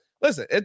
Listen